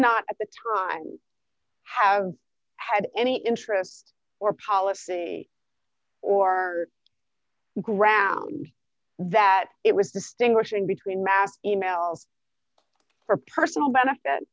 not at the time i have had any interest or policy or ground that it was distinguishing between mass email for personal benefit